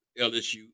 LSU